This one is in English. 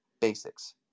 basics